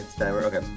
okay